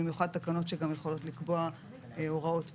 במיוחד תקנות שיכולות לקבוע הוראות פליליות,